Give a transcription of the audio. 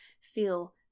feel